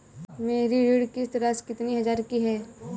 मेरी ऋण किश्त राशि कितनी हजार की है?